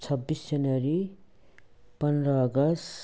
छब्बिस जनवरी पन्ध्र अगस्ट